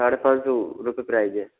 साढ़े पाँच सो रूपए प्राइज है